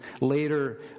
later